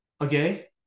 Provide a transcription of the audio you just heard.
okay